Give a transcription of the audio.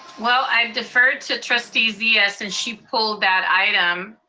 well, i defer to trustee zia, since she pulled that item.